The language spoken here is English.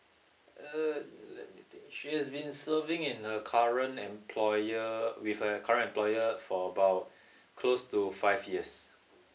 uh she has been serving in err current employer with err current employer for about close to five years